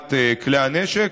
מסירת כלי הנשק.